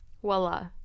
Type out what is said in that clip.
voila